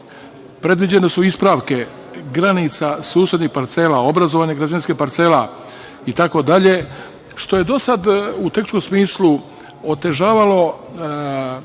predviđene su ispravke granica susednih parcela, obrazovanih građevinskih parcela itd, što je do sada, u tehničkom smislu, otežavalo